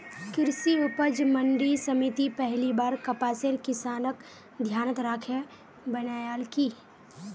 कृषि उपज मंडी समिति पहली बार कपासेर किसानक ध्यानत राखे बनैयाल की